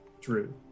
Drew